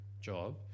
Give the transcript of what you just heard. job